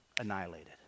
annihilated